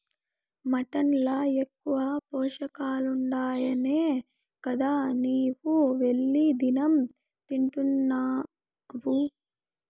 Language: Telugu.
మటన్ ల ఎక్కువ పోషకాలుండాయనే గదా నీవు వెళ్లి దినం తింటున్డావు